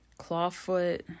clawfoot